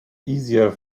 easier